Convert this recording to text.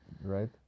right